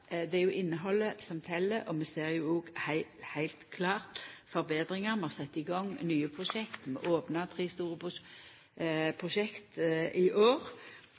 Det er jo innhaldet som tel, og vi ser òg heilt klart forbetringar: Vi har sett i gang nye prosjekt, og vi opnar tre store prosjekt i år.